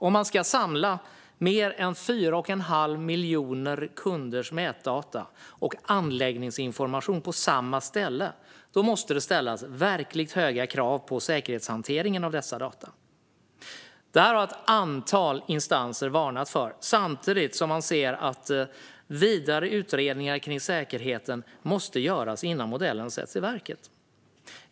Om man ska samla mer än 4 1⁄2 miljon kunders nätdata och anläggningsinformation på samma ställe måste det ställas verkligt höga krav på säkerhetshanteringen av dessa data. Detta har ett antal instanser varnat för, samtidigt som man anser att vidare utredningar kring säkerheten måste göras innan modellen sätts i verket.